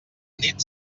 nit